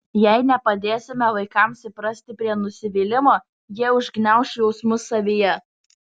jei nepadėsime vaikams įprasti prie nusivylimo jie užgniauš jausmus savyje